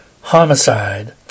homicide